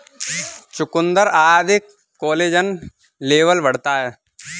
चुकुन्दर आदि collagen level बढ़ाता है